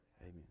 Amen